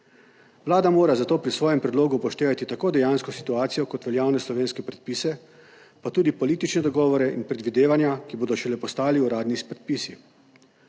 Vlada mora zato pri svojem predlogu upoštevati tako dejansko situacijo kot veljavne slovenske predpise pa tudi politične dogovore in predvidevanja, ki bodo šele postali uradni predpisi.